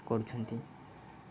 କରୁଛନ୍ତି